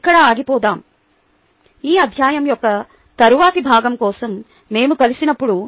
ఇక్కడ ఆగిపోదాం ఈ అధ్యాయం యొక్క తరువాతి భాగం కోసం మేము కలిసినప్పుడు